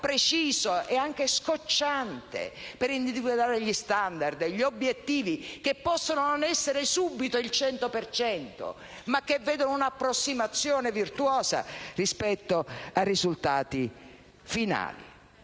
preciso e anche scocciante, per individuare gli *standard*, gli obiettivi, che possono anche non essere subito il cento per cento, ma che vedono un'approssimazione virtuosa rispetto ai risultati finali.